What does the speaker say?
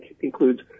includes